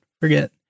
Forget